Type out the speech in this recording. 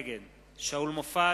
נגד שאול מופז,